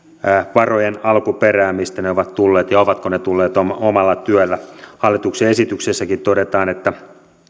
varojen alkuperää mistä ne ovat tulleet ja ovatko ne tulleet omalla omalla työllä hallituksen esityksessäkin